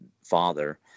father